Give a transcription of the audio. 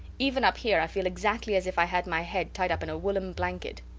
even up here i feel exactly as if i had my head tied up in a woollen blanket.